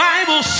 Bible